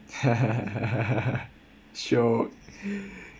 shiok